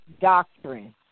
doctrine